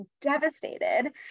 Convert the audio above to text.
devastated